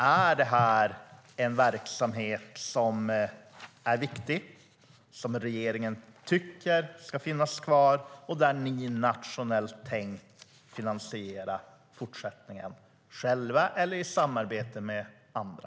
Är det här en verksamhet som är viktig och som regeringen tycker ska finnas kvar? Har ni nationellt tänkt finansiera fortsättningen själva eller i samarbete med andra?